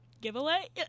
giveaway